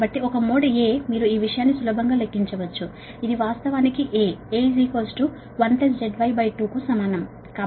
కాబట్టి ఒక mode A మీరు ఈ విషయాన్ని సులభంగా లెక్కించవచ్చు ఇది వాస్తవానికి A A 1 ZY2 కు సమానం